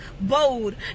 bold